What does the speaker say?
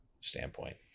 standpoint